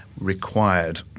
required